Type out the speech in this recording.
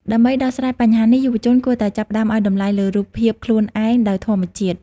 ដើម្បីដោះស្រាយបញ្ហានេះ យុវជនគួរតែចាប់ផ្ដើមឱ្យតម្លៃលើរូបភាពខ្លួនឯងដោយធម្មជាតិ។